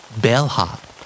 Bellhop